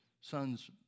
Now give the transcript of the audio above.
son's